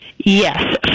Yes